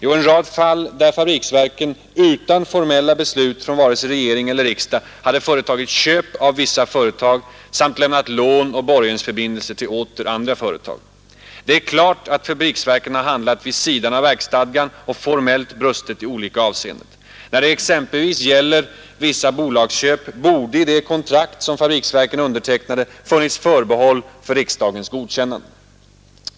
Jo, en rad fall där fabriksverken, utan formella beslut från vare sig regering eller riksdag, hade företagit köp av vissa företag samt lämnat lån och borgensförbindelser till åter andra företag. Det är klart att fabriksverken har handlat vid sidan av verksstadgan och formellt brustit i olika avseenden. När det exempelvis gäller vissa bolagsköp borde i de kontrakt som fabriksverken undertecknade funnits förbehåll för riksdagens godkännande.